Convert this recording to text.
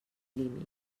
límit